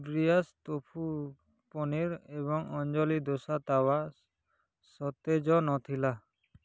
ବ୍ରିୟାସ୍ tofu paneer ଏବଂ ଅଞ୍ଜଳି ଦୋସା ତାୱା ସତେଜ ନଥିଲା